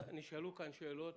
נשאלו כאן שאלות.